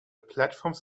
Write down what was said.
platforms